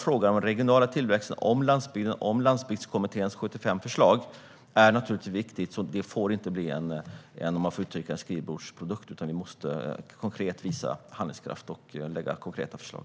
Frågan om den regionala tillväxten, om landsbygden och om Landsbygdskommitténs 75 förslag är naturligtvis viktig. Detta får inte bli en skrivbordsprodukt, utan vi måste visa handlingskraft och lägga fram konkreta förslag.